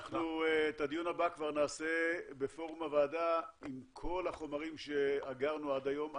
את הדיון הבא כבר נעשה בפורום הוועדה עם כל החומרים שאגרנו עד היום.